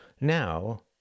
Now